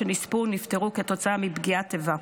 שנספו או נפטרו כתוצאה מפגיעת איבה.